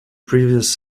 previous